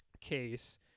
case